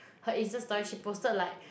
her insta-story she posted like